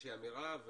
באיזושהי אמירה,